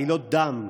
עלילות דם,